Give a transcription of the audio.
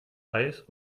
eis